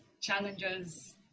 challenges